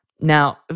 Now